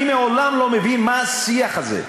מעולם לא הבנתי מה השיח הזה.